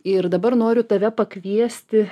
ir dabar noriu tave pakviesti